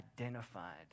identified